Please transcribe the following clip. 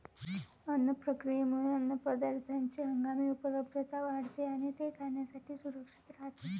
अन्न प्रक्रियेमुळे अन्नपदार्थांची हंगामी उपलब्धता वाढते आणि ते खाण्यासाठी सुरक्षित राहते